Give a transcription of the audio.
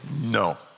no